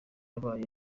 yabaye